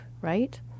right